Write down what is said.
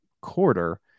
quarter